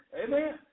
Amen